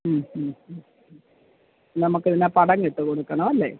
മ് മ് മ് നമുക്ക് അതിന് തടവിട്ടു കൊടുക്കണമല്ലേ